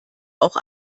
auch